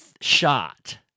shot